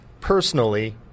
personally